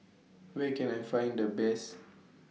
Where Can I Find The Best